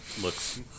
looks